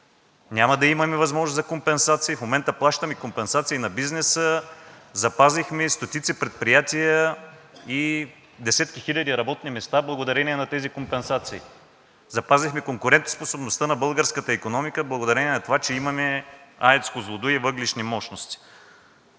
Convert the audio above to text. няма да имаме възможност за компенсации. В момента плащаме компенсации на бизнеса, запазихме стотици предприятия и десетки хиляди работни места благодарение на тези компенсации. Запазихме конкурентоспособността на българската икономика благодарение на това, че имаме АЕЦ „Козлодуй“ и въглищни мощности.